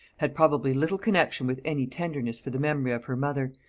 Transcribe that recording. had probably little connexion with any tenderness for the memory of her mother,